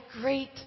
great